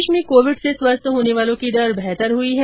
देश में कोविड से स्वस्थ होने वालों की दर बेहतर हुई है